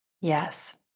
Yes